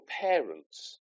parents